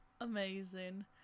Amazing